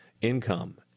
income